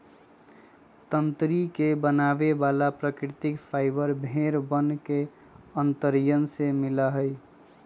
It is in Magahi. तंत्री के बनावे वाला प्राकृतिक फाइबर भेड़ वन के अंतड़ियन से मिला हई